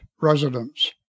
residents